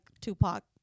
Tupac